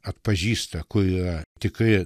atpažįsta kur yra tikri